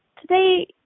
today